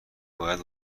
باید